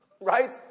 Right